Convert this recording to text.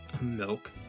Milk